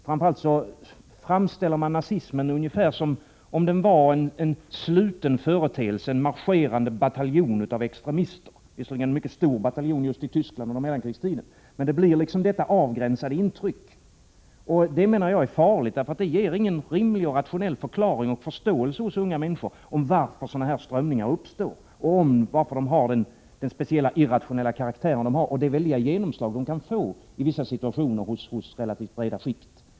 Framför allt framställer man nazismen ungefär som om den var en sluten företeelse, en marscherande bataljon av extremister — låt vara en mycket stor bataljon i just Tyskland under mellankrigstiden, men det gör just ett avgränsat intryck. Det menar jag är farligt — det ger ingen rimlig och rationell förklaring, det åstadkommer ingen förståelse hos unga människor av varför sådana strömningar uppstår, varför de har den speciella, irrationella karaktär de har och det väldiga genomslag de kan få i relativt breda skikt i vissa situationer.